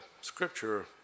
scripture